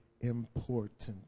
important